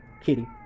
kitty